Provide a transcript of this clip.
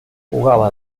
jugaba